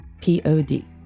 p-o-d